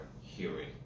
hearing